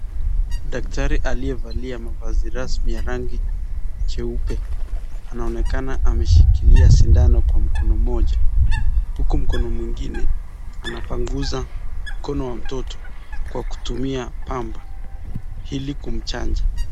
Daktari aliyevalia mavazi rasmi ya rangi nyeupe anaonekana ameshikilia shindano kwa mkono moja, huku mkono mwingine anapanguza mkono ya mtoto, kwa kutumia pamba ili kumchanja.